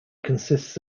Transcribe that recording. consists